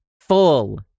full